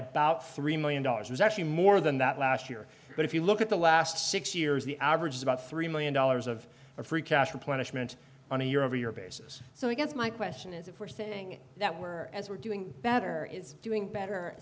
about three million dollars it's actually more than that last year but if you look at the last six years the average is about three million dollars of our free cash replenishment on a year over year basis so i guess my question is if we're saying that we are as we're doing better is doing better